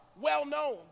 well-known